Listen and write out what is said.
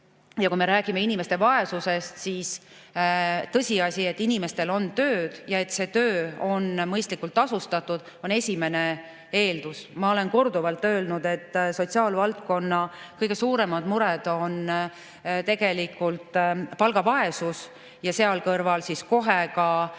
Kui me räägime inimeste vaesusest, siis tõsiasi, et inimestel on tööd ja et see töö on mõistlikult tasustatud, on esimene eeldus [vaesuse vastu võitlemisel]. Ma olen korduvalt öelnud, et sotsiaalvaldkonna kõige suuremad mured on tegelikult palgavaesus ja seal kõrval kohe ka